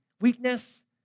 weakness